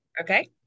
Okay